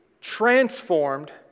transformed